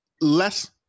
less